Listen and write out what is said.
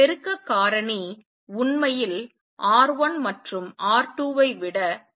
பெருக்க காரணி உண்மையில் R1 மற்றும் R2 ஐ விட பெரியதாக இருக்க வேண்டும்